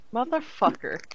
Motherfucker